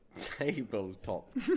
Tabletop